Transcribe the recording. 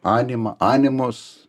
animą animus